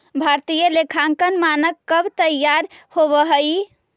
भारतीय लेखांकन मानक कब तईयार होब हई?